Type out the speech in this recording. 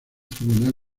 tribunal